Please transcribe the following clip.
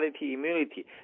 immunity